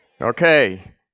Okay